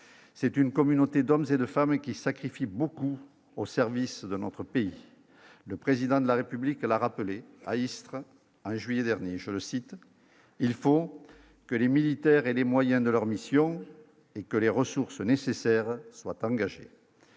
c'est une communauté d'hommes et de femmes qui sacrifient beaucoup au service de notre pays, le président de la République l'a rappelé à Istres en juillet dernier, je le cite : il faut que les militaires et les moyens de leur mission et que les ressources nécessaires soient engagées